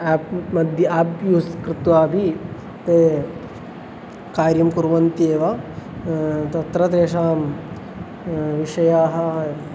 एप्मध्ये app use कृत्वा अपि ते कार्यं कुर्वन्त्येव तत्र तेषां विषयाः